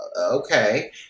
okay